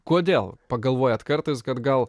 kodėl pagalvojat kartais kad gal